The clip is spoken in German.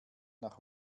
nach